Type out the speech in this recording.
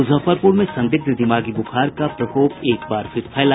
मुजफ्फरपुर में संदिग्ध दिमागी बुखार का प्रकोप एक बार फिर फैला